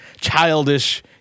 childish